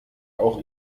auch